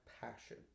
passion